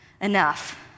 enough